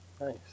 nice